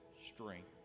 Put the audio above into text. strength